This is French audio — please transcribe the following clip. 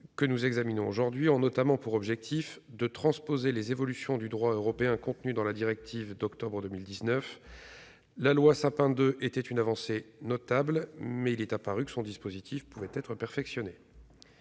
que nous examinons aujourd'hui ont notamment pour objectif de transposer les évolutions du droit européen contenues dans la directive du 23 octobre 2019. La loi Sapin II était une avancée notable, mais il est apparu que son dispositif pouvait être perfectionné.